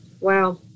Wow